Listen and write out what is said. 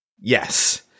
Yes